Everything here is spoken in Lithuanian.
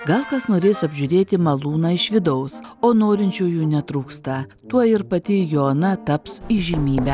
gal kas norės apžiūrėti malūną iš vidaus o norinčiųjų netrūksta tuoj ir pati joana taps įžymybe